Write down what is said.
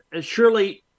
Surely